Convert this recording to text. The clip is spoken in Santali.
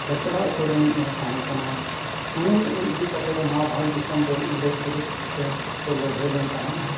ᱦᱮᱸᱥᱞᱟ ᱟᱹᱛᱩ ᱨᱤᱱᱤᱡᱼᱮ ᱛᱟᱦᱮᱸ ᱠᱟᱱᱟ ᱩᱱᱤ ᱤᱫᱤ ᱠᱟᱛᱮᱫ ᱱᱚᱣᱟ ᱵᱷᱚᱸᱡᱽ ᱫᱤᱥᱚᱢ ᱨᱮ ᱤᱝᱨᱮᱡᱽ ᱵᱤᱨᱩᱫᱷ ᱛᱮᱠᱚ ᱞᱟᱹᱲᱦᱟᱹᱭ ᱞᱮᱱ ᱛᱟᱦᱮᱸᱫᱼᱟ